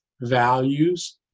values